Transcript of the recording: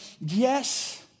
yes